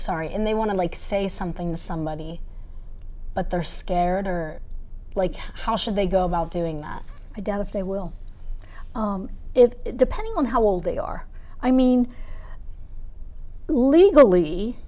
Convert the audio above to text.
sorry and they want to like say something to somebody but they're scared or like how should they go about doing that i doubt if they will if depending on how old they are i mean legally